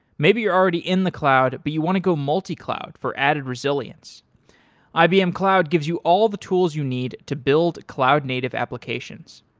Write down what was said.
maybe you're already in the cloud, but you want to go multi-cloud for added resilience ibm cloud gives you all the tools you need to build cloud-native applications.